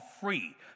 free